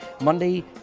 Monday